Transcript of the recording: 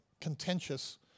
contentious